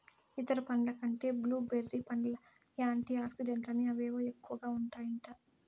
ఇతర పండ్ల కంటే బ్లూ బెర్రీ పండ్లల్ల యాంటీ ఆక్సిడెంట్లని అవేవో ఎక్కువగా ఉంటాయట